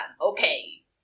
okay